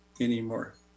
anymore